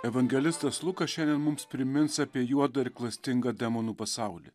evangelistas lukas šiandien mums primins apie juodą ir klastingą demonų pasaulį